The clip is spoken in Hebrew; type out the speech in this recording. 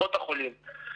קופות החולים,